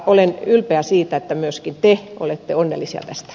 olen ylpeä siitä että myöskin te olette onnellisia tästä